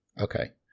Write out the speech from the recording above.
Okay